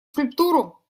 скульптуру